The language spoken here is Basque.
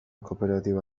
kooperatiba